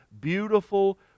beautiful